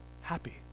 happy